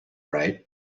right